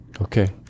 Okay